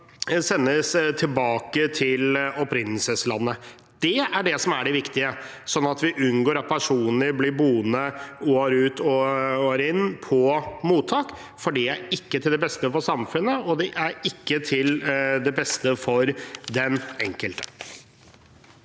sendes tilbake til opprinnelseslandet. Det er det som er det viktige for å unngå at personer blir boende år ut og år inn på mottak, for det er ikke til beste for samfunnet, og det er ikke til beste for den enkelte.